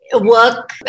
work